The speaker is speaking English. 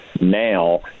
Now